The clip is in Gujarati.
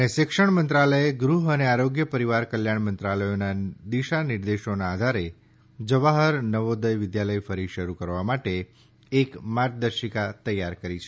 ત શિક્ષણ મંત્રાલયે ગૃહ અને આરોગ્ય પરિવાર કલ્યાણ મંત્રાલયોના દિશા નિર્દેશોના આધારે જવાહર નવોદય વિદ્યાલય ફરી શરૂ કરવા માટે એક માર્ગદર્શિકા તૈયાર કરી છે